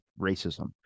racism